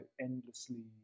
endlessly